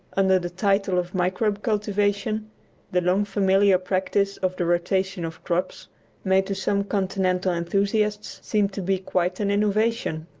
under the title of microbe-cultivation the long-familiar practice of the rotation of crops may to some continental enthusiasts seem to be quite an innovation!